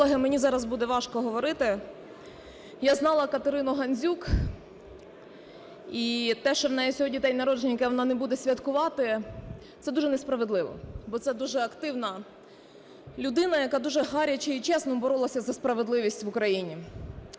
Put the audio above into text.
Колеги, мені зараз буде важко говорити. Я знала Катерину Гандзюк. І те, що у неї сьогодні день народження, який вона не буде святкувати, це дуже несправедливо. Бо це дуже активна людина, яка дуже гаряче і чесно боролась за справедливість в Україні.